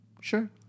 sure